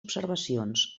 observacions